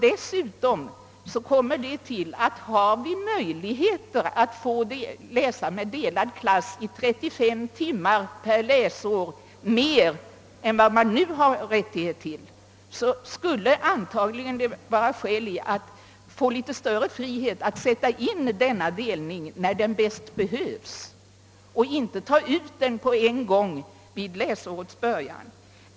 Dessutom tillkommer att om vi har möjligheter att läsa med delad klass i 35 timmar mer per läsår än vad det nu finns möjlighet till, skulle det antagligen finnas skäl att få större frihet att sätta in denna delning när den bäst behövs och inte ta ut den på en gång vid läsårets början.